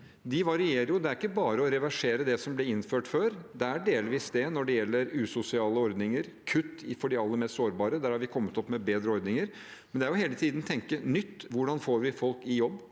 varierer jo. Det er ikke bare å reversere det som ble innført før. Det er delvis det når det gjelder usosiale ordninger, som kutt for de aller mest sårbare. Der har vi kommet opp med bedre ordninger. Det er jo hele tiden å tenke nytt. Hvordan får vi folk i jobb?